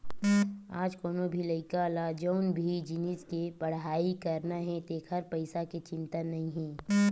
आज कोनो भी लइका ल जउन भी जिनिस के पड़हई करना हे तेखर पइसा के चिंता नइ हे